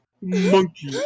Monkey